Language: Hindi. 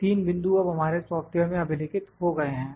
3 बिंदु अब हमारे सॉफ्टवेयर में अभिलिखित हो गए हैं